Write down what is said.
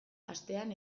astean